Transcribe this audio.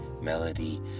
Melody